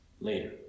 Later